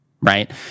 Right